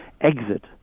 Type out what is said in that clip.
exit